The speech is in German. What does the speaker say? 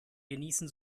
genießen